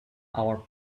our